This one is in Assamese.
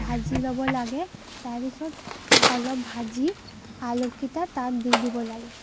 ভাজি ল'ব লাগে তাৰপিছত অলপ ভাজি আলুকেইটা তাত দি দিব লাগে